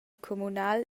communal